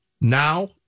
Now